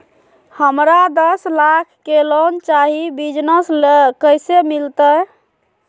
हमरा दस लाख के लोन चाही बिजनस ले, कैसे मिलते?